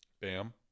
Bam